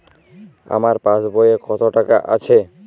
আমার পাসবই এ কত টাকা আছে?